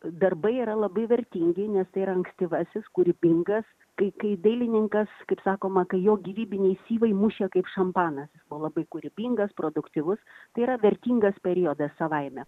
darbai yra labai vertingi nes tai ir ankstyvasis kūrybingas kai kai dailininkas kaip sakoma kai jo gyvybiniai syvai mušė kaip šampanas o labai kūrybingas produktyvus tai yra vertingas periodas savaime